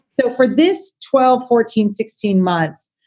so for this twelve, fourteen, sixteen months,